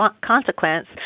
consequence